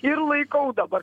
ir laikau dabar